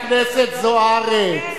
חברת הכנסת זוארץ,